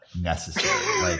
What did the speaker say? necessary